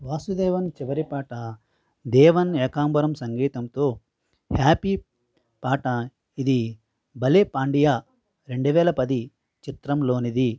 వాసుదేవన్ చివరి పాట దేవన్ ఏకాంబరం సంగీతంతో హ్యాపీ పాట ఇది భలే పాండియా రెండు వేల పది చిత్రంలోనిది